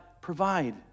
provide